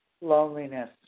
loneliness